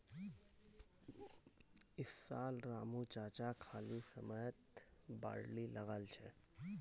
इस साल रामू चाचा खाली समयत बार्ली लगाल छ